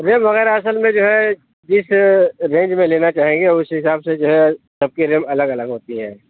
RAM وغیرہ اصل میں جو ہے جس رینج میں لینا چاہیں گے اُسی حساب سے جو ہے سب کی ریم الگ الگ ہوتی ہیں